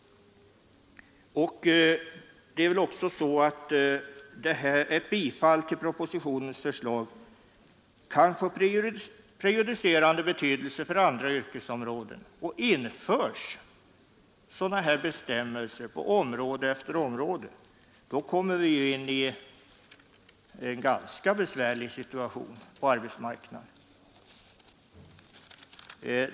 Ett bifall till propositionens förslag kan få prejudicerande betydelse för andra yrkesområden. Införs sådana här bestämmelser på område efter område kommer vi in i en ganska besvärlig situation på arbetsmarknaden.